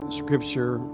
scripture